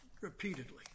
repeatedly